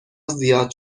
زیاد